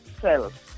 cells